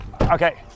Okay